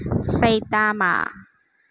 શૈતામાં